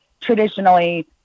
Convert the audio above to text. traditionally